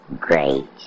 great